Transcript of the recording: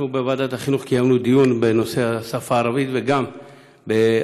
אנחנו בוועדת החינוך קיימנו דיון בנושא השפה הערבית וגם בעתיד,